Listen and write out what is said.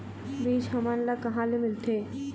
बीज हमन ला कहां ले मिलथे?